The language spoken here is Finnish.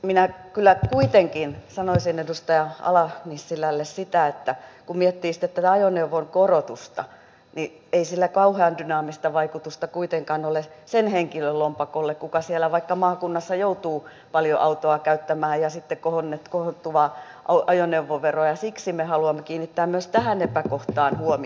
minä kyllä kuitenkin sanoisin edustaja ala nissilälle että kun miettii sitten tätä ajoneuvoveron korotusta niin ei sillä kauhean dynaamista vaikutusta kuitenkaan ole sen henkilön lompakkoon joka vaikka siellä maakunnassa joutuu paljon autoa käyttämään ja sitten kohoavaa ajoneuvoveroa maksamaan ja siksi me haluamme kiinnittää myös tähän epäkohtaan huomiota